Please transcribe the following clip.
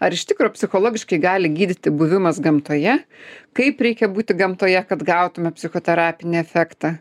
ar iš tikro psichologiškai gali gydyti buvimas gamtoje kaip reikia būti gamtoje kad gautume psichoterapinį efektą